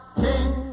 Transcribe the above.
King